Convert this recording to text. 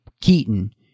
Keaton